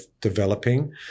developing